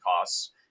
costs